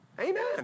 Amen